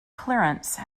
clearance